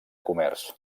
comerç